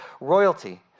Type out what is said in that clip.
royalty